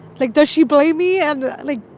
like does she blame me? and, like,